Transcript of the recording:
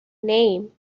name